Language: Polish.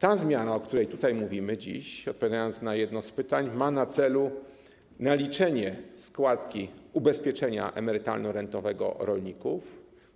Ta zmiana, o której dziś mówimy - odpowiadam na jedno z pytań - ma na celu, po pierwsze, naliczenie składki ubezpieczenia emerytalno-rentowego rolnika